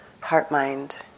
heart-mind